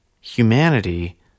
humanity